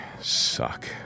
suck